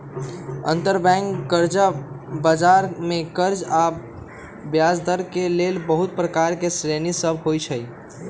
अंतरबैंक कर्जा बजार मे कर्जा आऽ ब्याजदर के लेल बहुते प्रकार के श्रेणि सभ होइ छइ